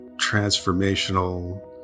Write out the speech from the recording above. transformational